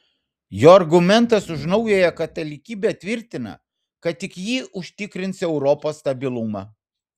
jo argumentas už naująją katalikybę tvirtina kad tik ji užtikrins europos stabilumą